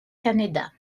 canéda